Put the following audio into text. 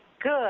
good